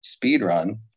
speedrun